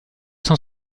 cent